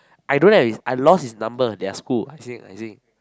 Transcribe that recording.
I don't have his I lost his number their school Hai-Seng Hai-Seng